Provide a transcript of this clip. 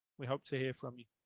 we hope to hear from you.